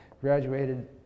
graduated